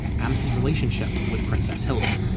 and his relationship with princess hilda.